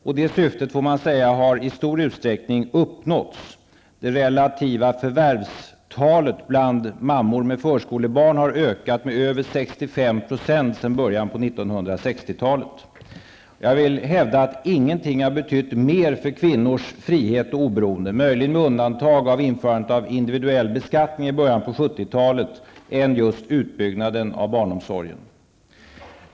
Man kan säga att det syftet i stor utsträckning har uppnåtts. När det gäller det relativa antalet förvärvsarbetande mammor med förskolebarn har det skett en ökning med mer än 65 % sedan början av 60-talet. Jag hävdar att ingenting har betytt så mycket för kvinnors frihet och oberoende -- möjligen med undantag av införandet av den individuella beskattningen i början av 70-talet -- som just utbyggnaden av barnomsorgen.